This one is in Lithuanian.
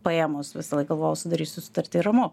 paėmus visąlaik galvojau sudarysiu sutartį ramu